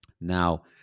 Now